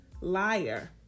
liar